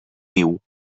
niu